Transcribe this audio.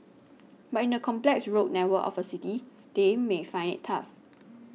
but in the complex road network of a city they may find it tough